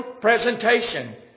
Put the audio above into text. presentation